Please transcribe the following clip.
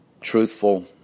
truthful